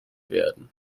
werden